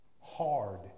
hard